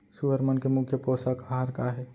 सुअर मन के मुख्य पोसक आहार का हे?